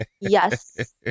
Yes